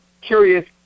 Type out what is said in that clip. curious